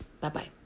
Bye-bye